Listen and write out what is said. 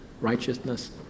righteousness